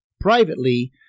privately